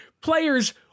players